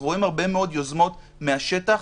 אנחנו רואים הרבה מאוד יוזמות מן השטח.